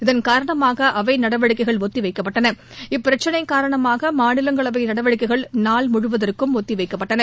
இதன் காரணமாக அவைநடவடிக்கைஒத்திவைக்கப்பட்டன இப்பிரச்சினைகாரணமாகமாநிலங்களவைநடவடிக்கைகள் நாள் முழுவதற்கும் ஒத்திவைக்கப்பட்டன